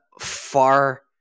far